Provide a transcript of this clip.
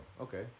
Okay